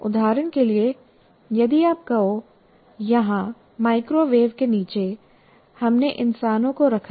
उदाहरण के लिए यदि आप कहो यहाँ माइक्रोवेव के नीचे हमने इंसानों को रखा है